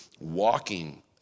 walking